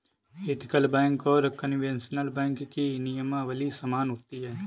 ethical bank और conventional bank की नियमावली समान होती है